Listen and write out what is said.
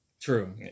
True